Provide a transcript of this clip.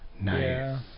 Nice